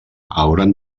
hauran